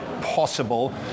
possible